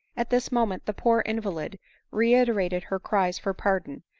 at this moment the poor invalid reiterated her cries for pardon,